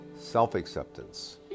Self-acceptance